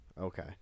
Okay